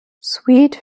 suite